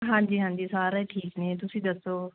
ਹਾਂਜੀ ਹਾਂਜੀ ਸਾਰੇ ਠੀਕ ਨੇ ਤੁਸੀਂ ਦੱਸੋ